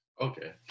okay